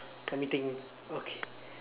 let me think okay